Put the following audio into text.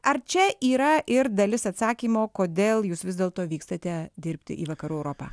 ar čia yra ir dalis atsakymo kodėl jūs vis dėlto vykstate dirbti į vakarų europą